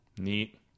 neat